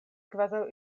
kvazaŭ